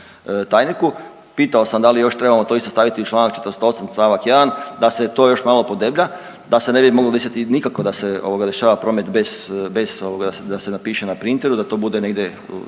pitao sam da li još trebamo to isto staviti u čl. 48. st. 1. da se to još malo podeblja, da se ne bi moglo desiti nikako da se ovoga dešava promet bez, bez ovoga da se, da se napiše na printeru da to bude negdje